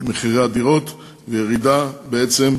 מחירי הדירות, וירידה בעצם,